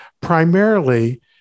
primarily